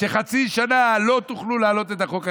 חצי שנה לא תוכלו להעלות את החוק.